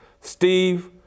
Steve